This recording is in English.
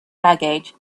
baggage